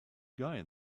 guy